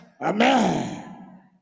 amen